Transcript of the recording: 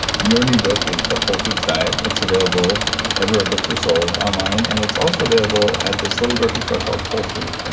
your new book is the whole foods diet. it's available everywhere books are sold, online and it's also available at this little grocery store called whole foods,